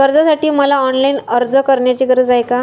कर्जासाठी मला ऑनलाईन अर्ज करण्याची गरज आहे का?